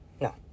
No